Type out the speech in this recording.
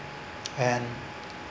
and